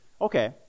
okay